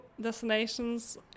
destinations